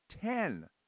Ten